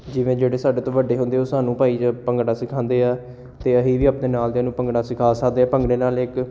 ਜਿਵੇਂ ਜਿਹੜੇ ਸਾਡੇ ਤੋਂ ਵੱਡੇ ਹੁੰਦੇ ਉਹ ਸਾਨੂੰ ਭਾਈ ਭੰਗੜਾ ਸਿਖਾਉਂਦੇ ਹੈ ਅਤੇ ਅਸੀਂ ਵੀ ਆਪਣੇ ਨਾਲ ਦਿਆਂ ਨੂੰ ਭੰਗੜਾ ਸਿਖਾ ਸਕਦੇ ਹੈ ਭੰਗੜੇ ਨਾਲ ਇੱਕ